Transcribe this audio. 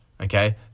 okay